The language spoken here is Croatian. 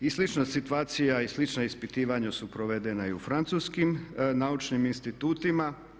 I slična situacija i slična ispitivanja su provedena i u francuskim naučnim institutima.